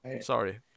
Sorry